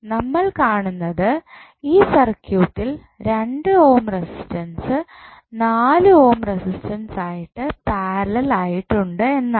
നമ്മൾ കാണുന്നത് ഈ സർക്യൂട്ടിൽ 2 ഓം റെസിസ്റ്റൻസ് 4 ഓം റെസിസ്റ്റൻസ് ആയിട്ട് പാരലൽ ആയിട്ടുണ്ട് എന്നാണ്